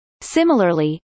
Similarly